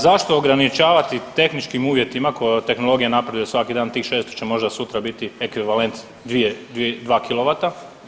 Zašto ograničavati tehničkim uvjetima, tehnologija napreduje svaki dan, tih 600 će možda sutra biti ekvivalent 2 kilovata.